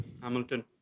Hamilton